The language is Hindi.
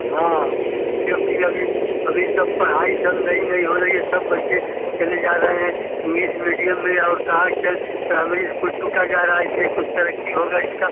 हाँ क्योंकि अभी अभी सब पढ़ाई चल रही नहीं हो रही है सब बच्चे चले जा रहे हैं इंग्लिश मीडियम में और कहाँ चल प्राइमरी इस्कूल टूटा जा रहा इसलिए कुछ तरक्की होगा इसका